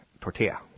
tortilla